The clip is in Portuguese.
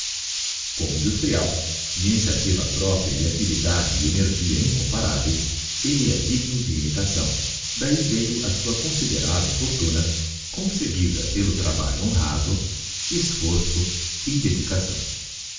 como industrial de iniciativa própria e actividade e energia incomparáveis elte é digno de imitação d'ahi veio a sua considerável fortuna conseguida pelo trabalho honrado esforço e dedicação